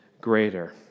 greater